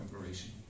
operation